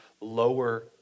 lower